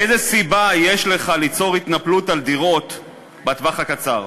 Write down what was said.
איזו סיבה יש לך ליצור התנפלות על דירות בטווח הקצר?